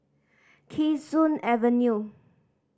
Kee Soon Avenue